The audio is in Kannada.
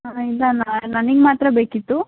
ಹಾಂ ಇಲ್ಲ ಮ್ಯಾಮ್ ನನಗ್ ಮಾತ್ರ ಬೇಕಿತ್ತು